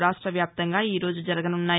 రాష్టవ్యాప్తంగా ఈరోజు జరగనున్నాయి